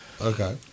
okay